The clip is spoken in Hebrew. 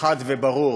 חד וברור